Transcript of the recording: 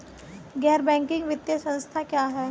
गैर बैंकिंग वित्तीय संस्था क्या है?